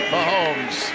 Mahomes